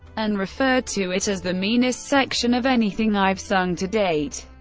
and referred to it as the meanest section of anything i've sung to date.